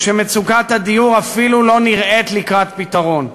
כשמצוקת הדיור אפילו לא נראית לקראת פתרון?